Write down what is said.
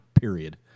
period